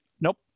Nope